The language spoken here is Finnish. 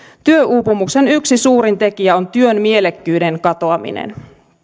työuupumuksen yksi suurin tekijä on työn mielekkyyden katoaminen